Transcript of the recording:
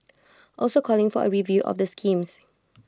also calling for A review of the schemes